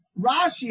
Rashi